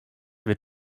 wird